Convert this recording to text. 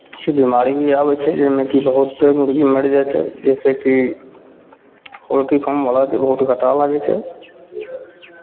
किछु बिमारी भी आबै छै जाहिमे कि बहुत मुरगी मरि जाइ छै जाहिसँ कि पोल्ट्री फार्मवलाकेँ बहुत घाटा लागै छै